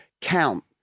count